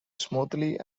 smoothly